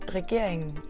regeringen